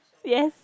yes